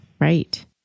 Right